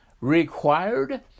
required